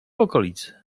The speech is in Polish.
okolicy